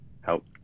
help